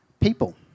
people